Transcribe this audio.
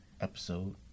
episode